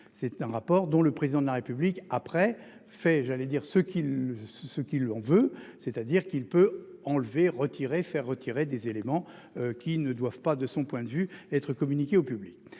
c'est un rapport dont le président de la République après fais j'allais dire ce qu'il ce ce qui lui en veut. C'est-à-dire qu'il peut enlever retirer faire retirer des éléments. Qui ne doivent pas de son point de vue être communiquée au public